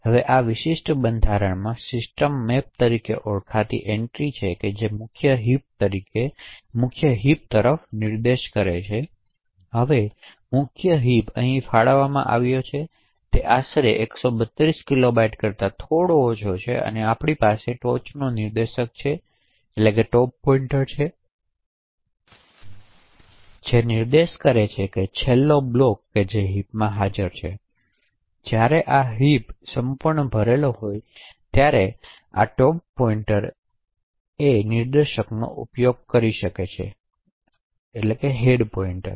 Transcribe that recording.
હવે આ વિશિષ્ટ બંધારણમાં સિસ્ટમ મૅપ તરીકે ઓળખાતી એન્ટ્રી છે જે મુખ્ય હિપ તરફ નિર્દેશક છે તેથી હવે મુખ્ય હિપ અહીં ફાળવવામાં આવ્યો છે તે આશરે 132 કિલોબાઇટ્સ કરતા થોડો ઓછો છે અને આપની પાસે ટોચનો નિર્દેશક છે જે નિર્દેશ કરે છે છેલ્લો બ્લોક જે હિપમાં હાજર છે તેથી જ્યારે આ હિપ સંપૂર્ણ ભરેલો હોય ત્યારે આ ટોચનો નિર્દેશક ઉપયોગ કરી શકાય છે